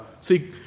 See